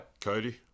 Cody